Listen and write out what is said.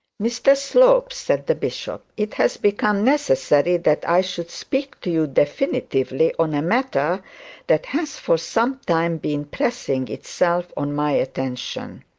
mr slope said the bishop, it has become necessary that i should speak to you definitively on a matter that has for some time been pressing itself on my attention